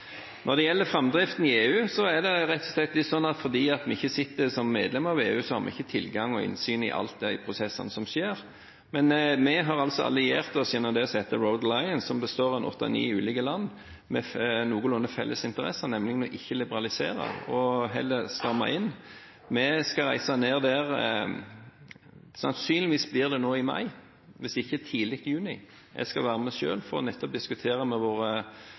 Når det gjelder framdriften i EU, er det rett og slett sånn at fordi vi ikke sitter som medlem av EU, har vi ikke tilgang og innsyn i alle de prosessene som skjer. Men vi har altså alliert oss gjennom det som heter Road Alliance, som består av åtte–ni ulike land med noenlunde felles interesser, nemlig ikke å liberalisere og heller stramme inn. Vi skal reise ned der – sannsynligvis blir det nå i mai, hvis ikke tidlig i juni. Jeg skal være med selv, nettopp for å diskutere med